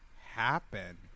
happen